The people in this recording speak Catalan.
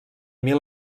mil